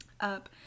up